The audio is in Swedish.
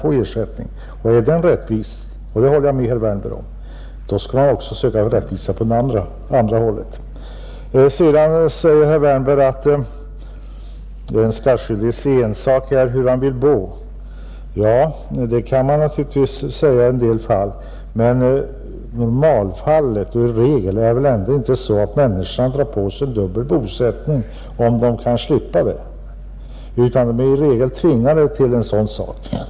Är den ersättningen rättvis — och det håller jag med herr Wärnberg om — skall man också försöka skapa rättvisa på det andra hållet. Vidare säger herr Wärnberg att det är den skattskyldiges ensak hur man vill bo, Ja, det kan man naturligtvis säga i en del fall, men i regel är det väl inte så att människor drar på sig dubbel bosättning om de kan slippa det utan de är i de flesta fall tvingade härtill.